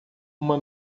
uma